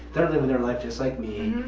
they're living their life just like me.